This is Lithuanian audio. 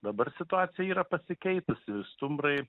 dabar situacija yra pasikeitusi stumbrai